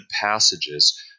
passages